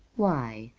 why,